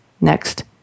next